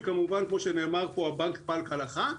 - כמובן כמו שנאמר כאן - הבנק פעל כהלכה.